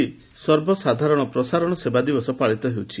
ଆଜି ସର୍ବସାଧାରଣ ପ୍ରସାରଣ ସେବା ଦିବସ ପାଳିତ ହୋଇଛି